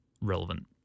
relevant